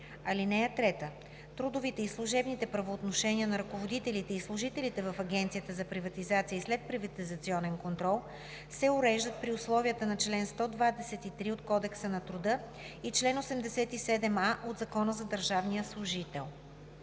(3) Трудовите и служебните правоотношения на ръководителите и служителите в Агенцията за приватизация и следприватизационен контрол се уреждат при условията на чл. 123 от Кодекса на труда и чл. 87а от Закона за държавния служител.